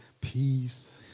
peace